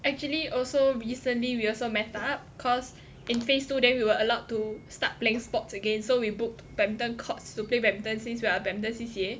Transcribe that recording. actually also recently we also met up cause in phase two then we were allowed to start playing sports again so we booked badminton courts to play badminton since we're a badminton C_C_A